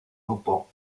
grupo